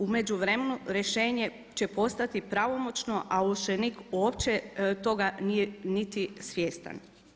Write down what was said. U međuvremenu rješenje će postati pravomoćno, a ovršenik uopće toga nije niti svjestan.